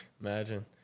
Imagine